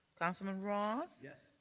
councilman roth. yes.